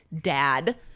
dad